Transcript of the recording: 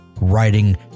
writing